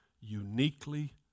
uniquely